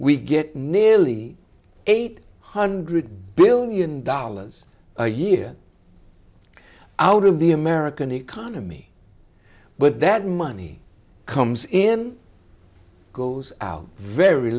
we get nearly eight hundred billion dollars a year out of the american economy but that money comes in goes out very